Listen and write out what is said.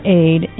aid